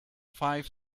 five